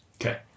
Okay